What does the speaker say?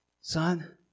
son